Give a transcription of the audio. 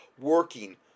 working